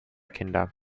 kinder